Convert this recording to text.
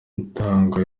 mutanga